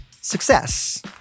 success